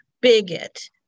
bigot